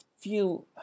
feel